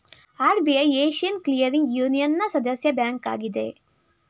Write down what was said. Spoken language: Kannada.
ಆರ್.ಬಿ.ಐ ಏಶಿಯನ್ ಕ್ಲಿಯರಿಂಗ್ ಯೂನಿಯನ್ನ ಸದಸ್ಯ ಬ್ಯಾಂಕ್ ಆಗಿದೆ